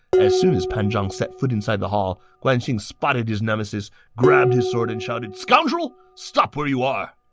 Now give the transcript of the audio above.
as soon as pan zhang set foot inside the hall, guan xing spotted his nemesis, grabbed his sword, and shouted, scoundrel! stop where you are!